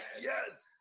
yes